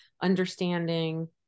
understanding